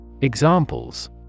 Examples